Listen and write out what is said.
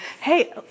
Hey